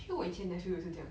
actually 我以前 nephew 也是这样